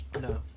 no